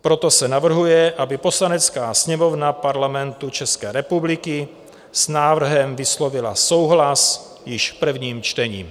Proto se navrhuje, aby Poslanecká sněmovna Parlamentu České republiky s návrhem vyslovila souhlas již v prvním čtení.